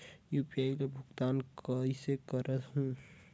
UPI मा भुगतान कइसे करहूं?